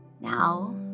Now